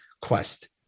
quest